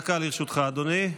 דקה לרשותך, אדוני.